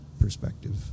perspective